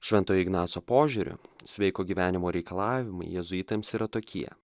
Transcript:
šventojo ignaco požiūriu sveiko gyvenimo reikalavimai jėzuitams yra tokie